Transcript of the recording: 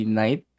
night